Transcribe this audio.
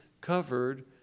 covered